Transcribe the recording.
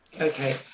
Okay